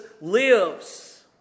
lives